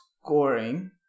scoring